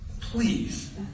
Please